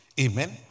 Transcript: Amen